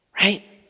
Right